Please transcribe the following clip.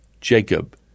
Jacob